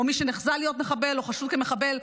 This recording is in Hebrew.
או מי שנחזה להיות מחבל או חשוד כמחבל,